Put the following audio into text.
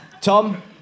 Tom